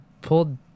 pulled